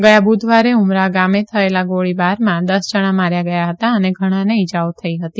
ગયા બુધવારે ઉમરાહ ગામે થયેલા ગોળીબારમાં દસ જણા માર્યા ગયા હતા અને ઘણાને ઈજાઓ થઈ હતી